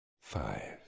Five